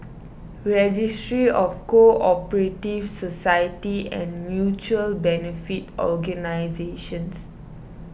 Registry of Co Operative Societies and Mutual Benefit Organisations